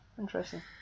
interesting